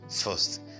first